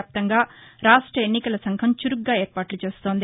వ్యాప్తంగా రాష్ట ఎన్నికల సంఘం చురుకుగా ఏర్పాట్లు చేస్తోంది